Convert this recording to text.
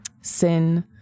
sin